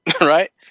right